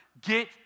get